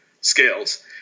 scales